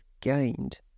gained